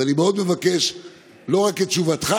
אז אני מאוד מבקש לא רק את תשובתך,